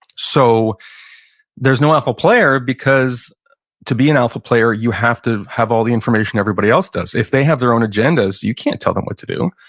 so there's no alpha player because to be an alpha player you have to have all the information everybody else does. if they have their own agendas, you can't tell them what to do.